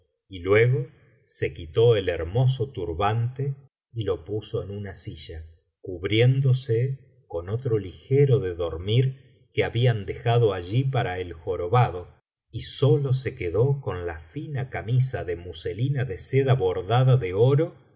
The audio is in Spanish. y luego se quitó el hermoso turbante y lo puso en una silla cubriéndose con otro ligero de dormir que habían dejado allí para el jorobado y sólo se quedó con la fina camisa de muselina de seda bordada de oro